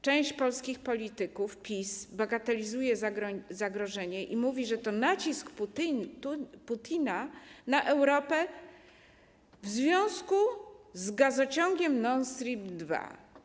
Część polskich polityków PiS bagatelizuje zagrożenie i mówi, że to nacisk Putina na Europę w związku z gazociągiem Nord Stream 2.